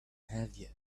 have